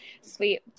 Sweet